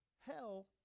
hell